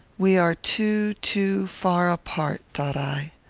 we are too too far apart, thought i.